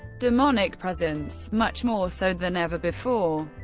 demonic presence, much more so than ever before.